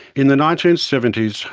in the nineteen seventy s,